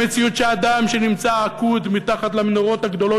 במציאות שאדם שנמצא עקוד מתחת למנורות הגדולות